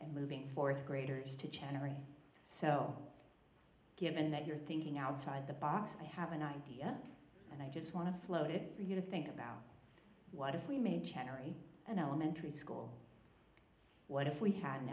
and moving fourth graders to cherry so given that you're thinking outside the box i have an idea and i just want to float it for you to think about what if we made january an elementary school what if we had an